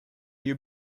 you